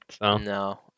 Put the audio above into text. No